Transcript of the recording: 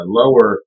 lower